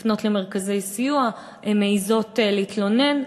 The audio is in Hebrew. לפנות למרכזי סיוע, הן מעזות להתלונן.